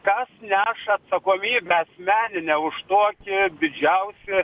kas neša atsakomybę asmeninę už tokį didžiausią